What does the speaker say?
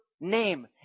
name